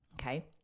Okay